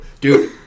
Dude